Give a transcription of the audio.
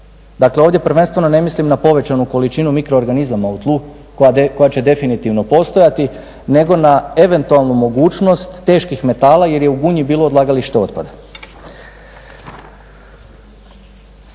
Dakle, ovdje prvenstveno ne mislim na povećanu količinu mikroorganizama u tlu koja će definitivno postojati, nego na eventualnu mogućnost teških metala jer je u Gunji bilo odlagalište otpada.